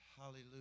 hallelujah